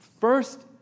first